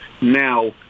now